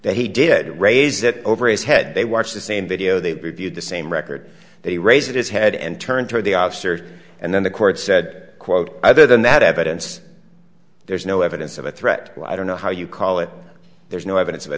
that he did raise that over his head they watch the same video they reviewed the same record they raised his head and turned toward the officer and then the court said quote other than that evidence there is no evidence of a threat i don't know how you call it there's no evidence of a